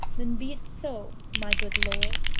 then be't so, my good lord.